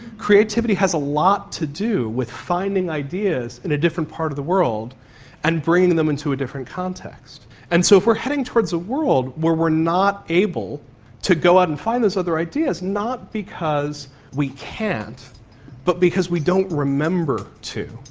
creativity has a lot to do with finding ideas in a different part of the world and bringing them into a different context. and so if we're heading towards a world where we are not able to go out and find those other ideas, not because we can't but because we don't remember to,